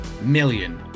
million